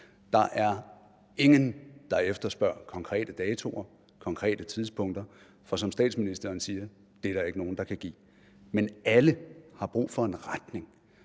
Der er ingen, der efterspørger konkrete datoer, konkrete tidspunkter – for som statsministeren siger, er der ikke nogen, der kan give det – men alle har brug for en retning.